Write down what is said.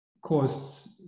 caused